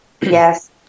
Yes